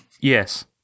yes